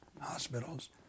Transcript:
hospitals